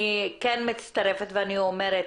מצטרפת, ואני אומרת,